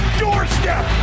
doorstep